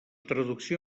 traducció